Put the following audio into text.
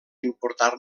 importar